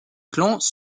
clans